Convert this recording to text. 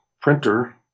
printer